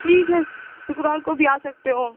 ठीक है शुक्रवार को भी आ सकते हो